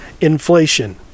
Inflation